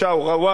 רוואבי,